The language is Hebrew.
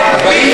ב'.